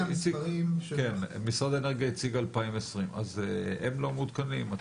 הם לא מעודכנים?